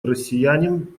россиянин